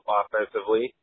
offensively